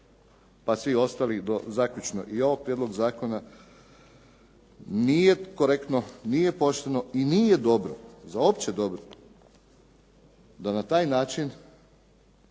pa svih ostalih do zaključno i ovog prijedloga zakona, nije korektno, nije pošteno i nije dobro za opće dobro da na taj način